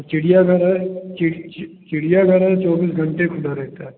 चिड़िया घर है चि चि चिड़िया घर है चौबीस घंटे खुला रहता है